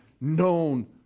known